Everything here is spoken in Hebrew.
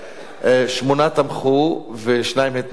שמונה תמכו ושניים התנגדו,